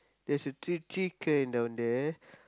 there's a three chicken down there